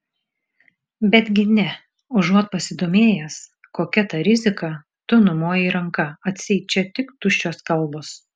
betgi ne užuot pasidomėjęs kokia ta rizika tu numojai ranka atseit čia tik tuščios kalbos